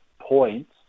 points